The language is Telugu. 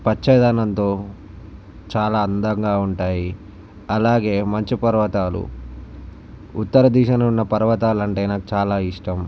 పచ్చదనంతో చాలా అందంగా ఉంటాయి అలాగే మంచు పర్వతాలు ఉత్తర దిశనున్న పర్వతాలంటే నాకు చాలా ఇష్టం